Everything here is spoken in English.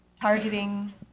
targeting